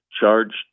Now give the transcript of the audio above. charged